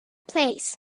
place